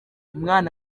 umwana